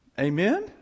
Amen